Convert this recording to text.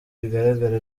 bigaragara